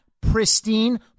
pristine